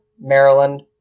Maryland